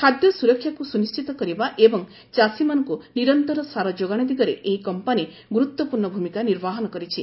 ଖାଦ୍ୟ ସୁରକ୍ଷାକୁ ସୁନିଶ୍ଚିତ କରିବା ଏବଂ ଚାଷୀମାନଙ୍କୁ ନିରନ୍ତର ସାର ଯୋଗାଣ ଦିଗରେ ଏହି କମ୍ପାନୀ ଗୁରୁତ୍ୱପୂର୍ଣ୍ଣ ଭୂମିକା ନିର୍ବାହନ କରିଛି